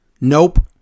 Nope